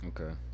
Okay